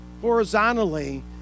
horizontally